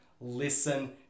listen